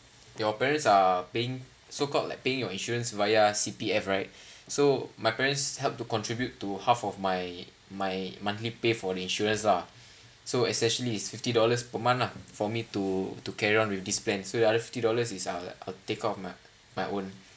your parents are paying so called like paying your insurance via C_P_F right so my parents help to contribute to half of my my monthly pay for the insurance lah so essentially it's fifty dollars per month lah for me to to carry on with this plan so the other fifty dollars is take off my my own